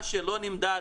מה שלא נמדד,